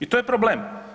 I to je problem.